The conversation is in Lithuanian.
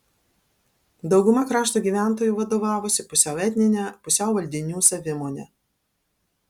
dauguma krašto gyventojų vadovavosi pusiau etnine pusiau valdinių savimone